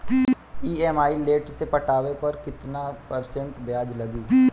EMI late से पटावे पर कितना परसेंट ब्याज लगी?